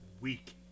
week